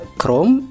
Chrome